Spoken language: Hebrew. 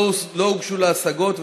לא הוגשו לה השגות,